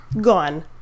gone